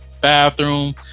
bathroom